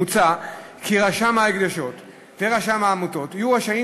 מוצע כי רשם ההקדשות ורשם העמותות יהיו רשאים